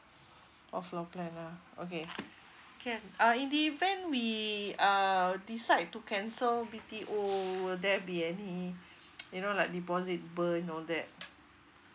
orh floor plan lah okay can uh in the event we uh decide to cancel B_T_O will there be any you know like deposit burn all that